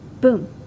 Boom